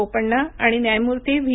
बोपण्णा आणि न्यायमूर्ती व्हा